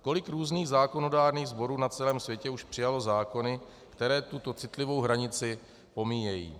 Kolik různých zákonodárných sborů na celém světě už přijalo zákony, které tuto citlivou hranici pomíjejí?